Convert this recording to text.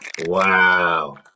Wow